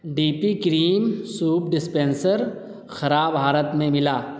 D P cream soap dispenser خراب حالت میں ملا